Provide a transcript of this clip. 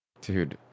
Dude